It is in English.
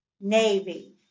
navy